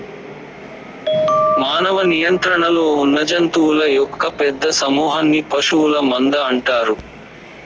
మానవ నియంత్రణలో ఉన్నజంతువుల యొక్క పెద్ద సమూహన్ని పశువుల మంద అంటారు